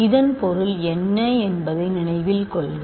இதன் பொருள் என்ன என்பதை நினைவில் கொள்க